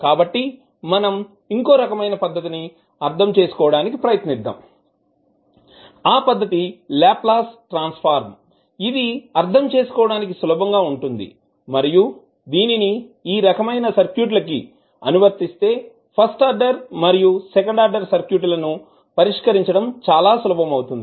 కాబట్టి మనం ఇంకో రకమైన పద్ధతి ని అర్థం చేసుకోవడానికి ప్రయత్నిద్దాం ఆ పద్ధతి లాప్లాస్ ట్రాన్సఫర్మ్ ఇదిఅర్ధం చేసుకోవడానికి సులభంగా ఉంటుంది మరియు దీనిని ఈ రకమైన సర్క్యూట్ లకి అనువర్తిస్తే ఫస్ట్ ఆర్డర్ మరియు సెకండ్ ఆర్డర్ సర్క్యూట్ లను పరిష్కరించడం చాలా సులభం అవుతుంది